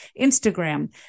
Instagram